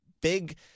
big